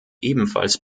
ebenfalls